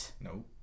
no